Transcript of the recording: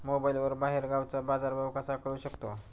मोबाईलवर बाहेरगावचा बाजारभाव कसा कळू शकतो?